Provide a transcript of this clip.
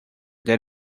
that